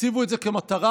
תציבו את זה כמטרה,